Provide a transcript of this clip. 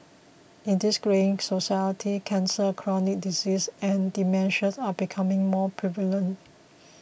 in this greying society cancer chronic disease and dementia are becoming more prevalent